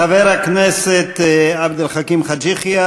חבר הכנסת עבד אל חכים חאג' יחיא,